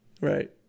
Right